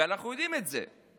ואנחנו יודעים את זה,